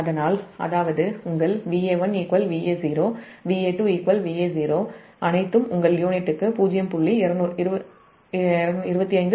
அதனால் உங்கள் Va1 Va0 Va2 Va0 அனைத்தும் உங்கள் யூனிட்டுக்கு 0